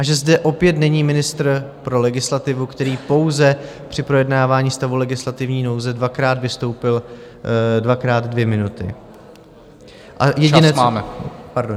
A že zde opět není ministr pro legislativu, který pouze při projednávání stavu legislativní nouze dvakrát vystoupil, dvakrát dvě minuty , a jediné, co... Pardon.